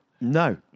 No